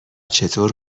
چطور